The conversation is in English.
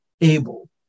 able